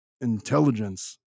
intelligence